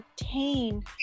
obtain